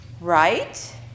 right